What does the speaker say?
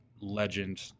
legend